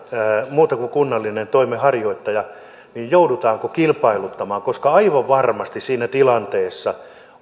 muuta kuin kunnallinen toimenharjoittaja niin joudutaan kilpailuttamaan koska aivan varmasti siinä tilanteessa